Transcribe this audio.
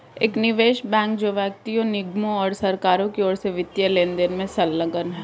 एक निवेश बैंक जो व्यक्तियों निगमों और सरकारों की ओर से वित्तीय लेनदेन में संलग्न है